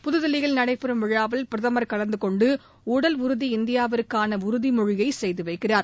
புதுதில்லியில் நடைபெறும் விழாவில் பிரதமர் கலந்துகொண்டு உடல் உறுதி இந்தியாவிற்கான உறுதிமொழியை செய்து வைக்கிறார்